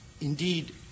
Indeed